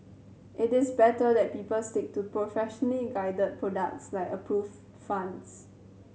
it is better that people stick to professionally guided products like approved funds